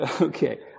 Okay